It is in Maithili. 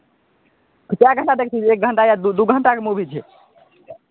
कए घण्टा देख सकै छियै एक घण्टा या दू घण्टाके मूवी छै